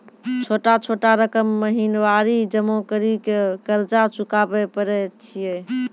छोटा छोटा रकम महीनवारी जमा करि के कर्जा चुकाबै परए छियै?